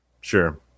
sure